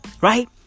Right